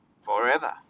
forever